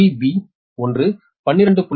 we P 1 12